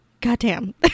goddamn